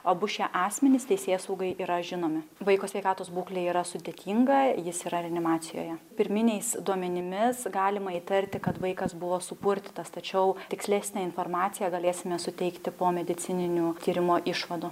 abu šie asmenys teisėsaugai yra žinomi vaiko sveikatos būklė yra sudėtinga jis yra reanimacijoje pirminiais duomenimis galima įtarti kad vaikas buvo supurtytas tačiau tikslesnę informaciją galėsime suteikti po medicininių tyrimo išvadų